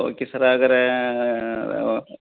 okay sir ಹಾಗಾದ್ರೇ